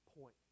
point